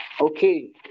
Okay